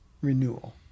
renewal